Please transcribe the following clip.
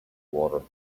water